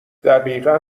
دقیقا